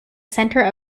centre